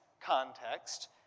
context